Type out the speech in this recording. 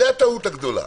זו הטעות הגדולה,